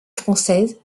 française